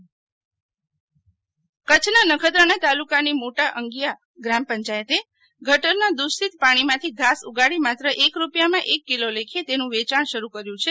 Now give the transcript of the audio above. શિતલ વૈશ્નવ મોટા અંગિયા કચ્છ ના નખત્રાણા તાલુકાની મોટા અંગિયા ગ્રામ પંચાયતે ગટરનાં દૂષિત પાણીમાંથી ઘાસ ઉગાડી માત્ર એક રૂપિયા માં એક કિલો લેખે તેનુ વેચાણ શરૂ કર્યું છે